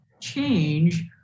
change